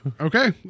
Okay